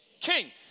king